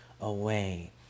away